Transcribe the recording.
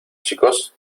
chicos